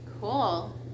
Cool